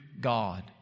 God